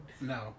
No